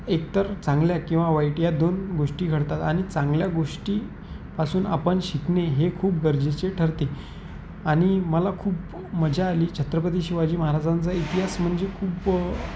एकतर चांगल्या किंवा वाईट या दोन गोष्टी घडतात आणि चांगल्या गोष्टीपासून आपण शिकणे हे खूप गरजेचे ठरते आणि मला खूप मजा आली छत्रपती शिवाजी महाराजांचा इतिहास म्हणजे खूप